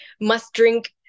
must-drink